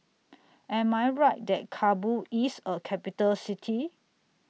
Am I Right that Kabul IS A Capital City